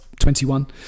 21